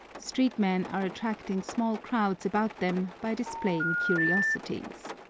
street-men are attracting small crowds about them by displaying curiosities.